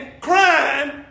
crime